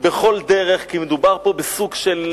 בכל דרך, כי מדובר פה בסוג של